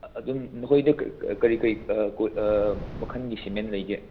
ꯑꯗꯨ ꯅꯈꯣꯏꯗ ꯀꯔꯤ ꯀꯔꯤ ꯃꯈꯜꯒꯤ ꯁꯤꯃꯦꯟ ꯂꯩꯒꯦ